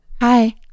Hi